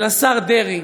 ולשר דרעי,